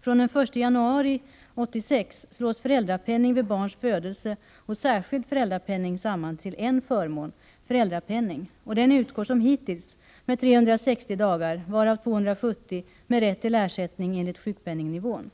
Från den 1 januari 1986 slås föräldrapenning vid barns födelse och särskild föräldrapenning samman till en förmån, föräldrapenning. Denna utgår som hittills med 360 dagar, varav 270 med rätt till ersättning enligt sjukpenningnivån.